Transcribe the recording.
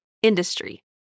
Industry